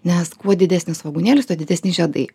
nes kuo didesnis svogūnėlis tuo didesni žiedai